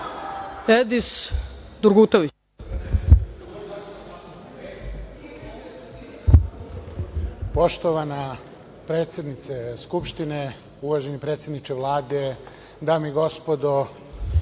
**Edis Durgutović** Poštovana predsednice Skupštine, uvaženi predsedniče Vlade, dame i gospodo